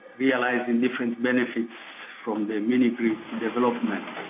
realizing different benefits from the mini grids development.